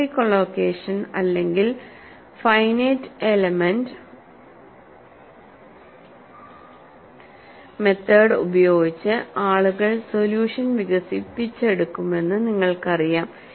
boundary collocation അല്ലെങ്കിൽ finite element method ഉപയോഗിച്ച് ആളുകൾ സൊല്യൂഷൻ വികസിപ്പിച്ചെടുക്കുമെന്ന് നിങ്ങൾക്കറിയാം